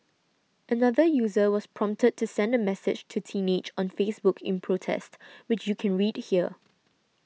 another user was prompted to send a message to Teenage on Facebook in protest which you can read here